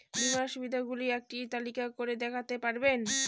বীমার সুবিধে গুলি একটি তালিকা করে দেখাতে পারবেন?